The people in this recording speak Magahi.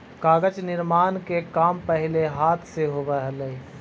कागज निर्माण के काम पहिले हाथ से होवऽ हलइ